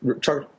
Chuck